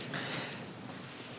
Tack ska ni ha!